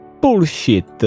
Bullshit